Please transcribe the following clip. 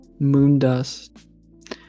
Moondust